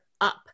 up